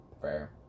Fair